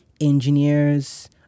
engineers